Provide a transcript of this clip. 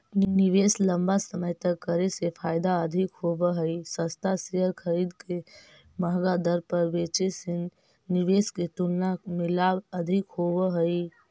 निवेश लंबा समय तक करे से फायदा अधिक होव हई, सस्ता शेयर खरीद के महंगा दर पर बेचे से निवेश के तुलना में लाभ अधिक होव हई